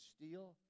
steal